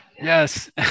yes